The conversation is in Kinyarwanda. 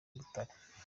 butare